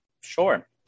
Sure